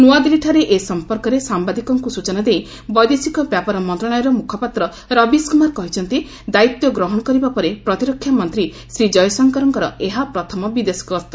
ନୂଆଦିଲ୍ଲୀଠାରେ ଏ ସମ୍ପର୍କରେ ସାମ୍ବାଦିକଙ୍କୁ ସୂଚନା ଦେଇ ବୈଦେଶିକ ବ୍ୟାପାର ମନ୍ତ୍ରଣାଳୟର ମୁଖପାତ୍ର ରବୀଶ କୁମାର କହିଛନ୍ତି ଦାୟିତ୍ୱ ଗ୍ରହଣ କରିବା ପରେ ପ୍ରତିରକ୍ଷା ମନ୍ତ୍ରୀ ଶ୍ରୀ ଜୟଶଙ୍କରଙ୍କର ଏହା ପ୍ରଥମ ବିଦେଶଗସ୍ତ